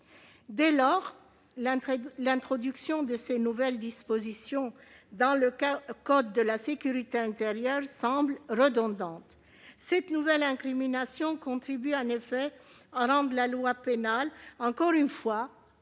Dès lors, l'introduction de ces nouvelles dispositions dans le code de la sécurité intérieure semble redondante. Cette nouvelle incrimination contribue en effet à rendre la loi pénale, encore une fois,